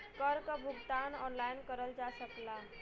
कर क भुगतान ऑनलाइन करल जा सकला